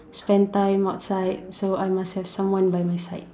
spend time outside so I must have someone by my side